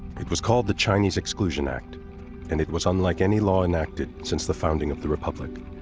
it was called the chinese exclusion act and it was unlike any law enacted since the founding of the republic.